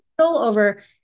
over